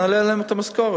אם נעלה להם את המשכורת,